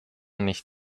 nicht